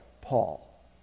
Paul